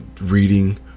reading